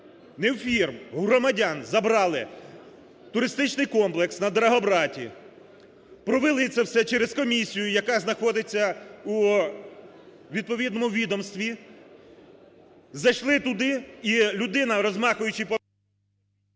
у фірм – у громадян – забрали туристичний комплекс на Драгобраті, провели це все через комісію, яка знаходиться у відповідному відомстві, зайшли туди і людина, розмахуючи...